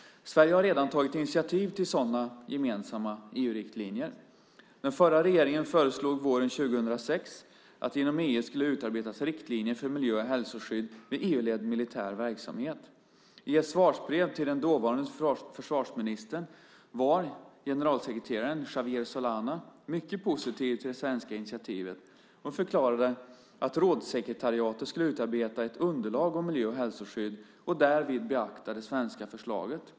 Sverige har redan tagit initiativ till sådana gemensamma EU-riktlinjer. Den förra regeringen föreslog våren 2006 att det inom EU skulle utarbetas riktlinjer för miljö och hälsoskydd vid EU-ledd militär verksamhet. I ett svarsbrev till den dåvarande försvarsministern var generalsekreterare Javier Solana mycket positiv till det svenska initiativet och förklarade att rådssekretariatet skulle utarbeta ett underlag om miljö och hälsoskydd, och därvid beakta det svenska förslaget.